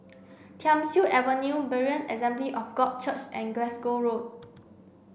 Thiam Siew Avenue Berean Assembly of God Church and Glasgow Road